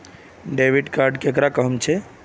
Debit card केकरा कहुम छे?